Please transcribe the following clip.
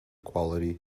quality